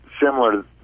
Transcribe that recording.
similar